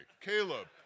Caleb